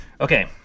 okay